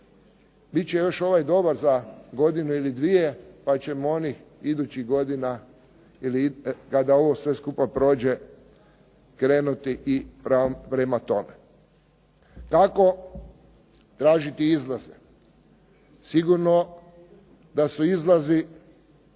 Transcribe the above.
će još ovaj dobar za godinu ili dvije pa ćemo onih idućih godina ili kada ovo sve skupa prođe krenuti i prema tome. Kako tražiti izlaze? Sigurno da su izlazi